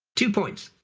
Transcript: two points.